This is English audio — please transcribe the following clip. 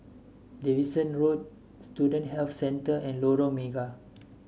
Davidson Road Student Health Centre and Lorong Mega